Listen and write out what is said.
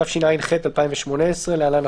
התשע"ח-2018 (להלן,